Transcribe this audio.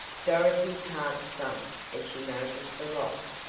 dorothy's heart sank as she noticed the loss,